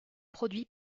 produits